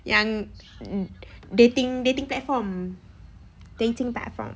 yang mm dating dating platform dating platform